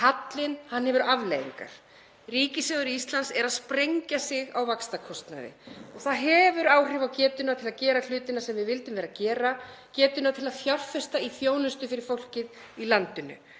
hallinn hefur afleiðingar. Ríkissjóður Íslands er að sprengja sig á vaxtakostnaði og það hefur áhrif á getuna til að gera hlutina sem við vildum gera, getuna til að fjárfesta í þjónustu fyrir fólkið í landinu.